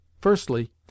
Firstly